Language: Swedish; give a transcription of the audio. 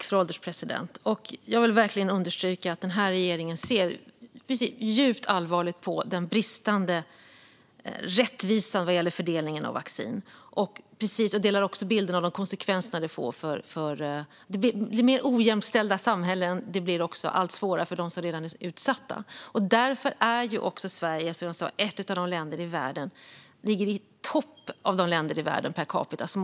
Fru ålderspresident! Jag vill verkligen understryka att regeringen ser djupt allvarligt på den bristande rättvisan vad gäller fördelningen av vaccin. Jag delar också bilden av de konsekvenser detta får. Det blir mer ojämställda samhällen, och det blir också allt svårare för dem som redan är utsatta. Därför ligger Sverige, som jag sa, i topp bland de länder i världen som har skänkt mest per capita.